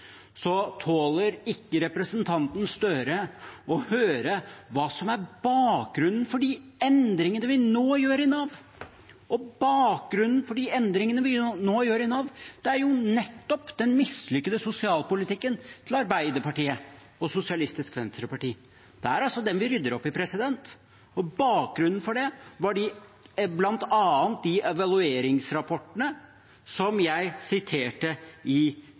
så tåler ikke representanten Gahr Støre å høre hva som er bakgrunnen for de endringene vi nå gjør i Nav. Bakgrunnen for de endringene vi nå gjør i Nav, er nettopp den mislykkede sosialpolitikken til Arbeiderpartiet og Sosialistisk Venstreparti. Det er altså den vi rydder opp i. Bakgrunnen for det var bl.a. de evalueringsrapportene som jeg siterte fra i